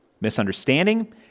misunderstanding